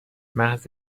محض